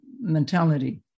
mentality